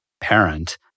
parent